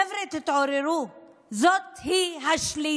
חבר'ה, תתעוררו, זאת היא השליטה.